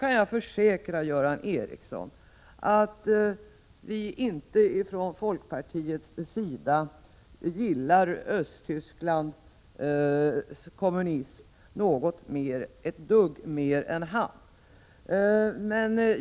Jag kan försäkra Göran Ericsson att vi från folkpartiets sida inte gillar Östtysklands kommunism ett dugg mer än han.